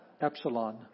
Epsilon